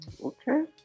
okay